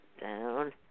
down